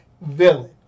villain